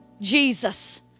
Jesus